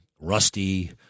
Rusty